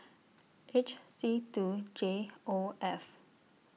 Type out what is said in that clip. H C two J O F